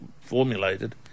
formulated